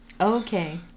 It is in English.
Okay